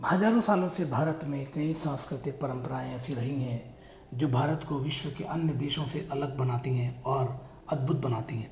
हज़ारों सालों से भारत में कई सांस्कृतिक परम्परायें ऐसी रही हैं जो भारत को विश्व के अन्य देशों से अलग बनाती हैं और अदभुत बनाती हैं